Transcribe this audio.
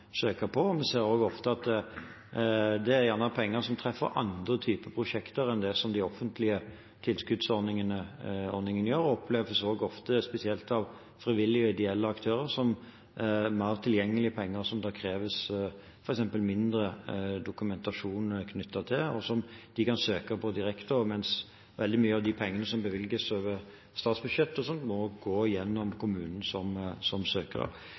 på. Vi ser også ofte at det gjerne er penger som treffer andre typer prosjekter enn det den offentlige tilskuddsordningen gjør. Dette oppleves ofte, spesielt av frivillige og ideelle aktører, som mer tilgjengelige penger, som det f.eks. kreves mindre dokumentasjon knyttet til, og som de kan søke på direkte, mens veldig mye av de pengene som bevilges over statsbudsjettet, må gå gjennom kommunen som søker. Jeg har også etterspurt det som